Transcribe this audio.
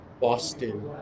boston